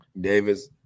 Davis